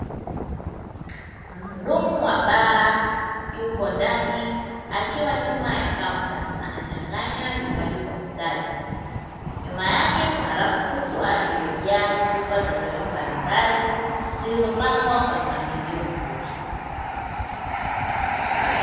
Muhudumu wa baa yuko ndani akiwa nyuma ya kaunta anachanganya vinywaji kwa ustadi, nyuma yake kuna rafu kubwa iliyojaa chupa za vileo mbalimbali, zilizopangwa kwa mpangilio mzuri.